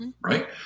Right